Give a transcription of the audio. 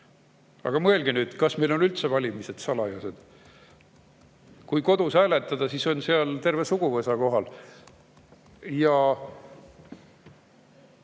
Aga mõelge nüüd, kas meil on üldse valimised salajased. Kui kodus hääletada, siis on seal terve suguvõsa kohal.